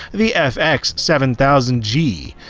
the fx seven thousand g.